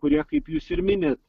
kurie kaip jūs ir minit